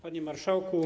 Panie Marszałku!